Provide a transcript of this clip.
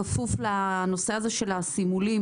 בכפוף לנושא הזה של הסימולים,